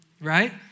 right